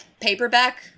paperback